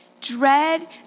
Dread